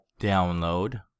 Download